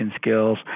skills